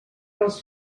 els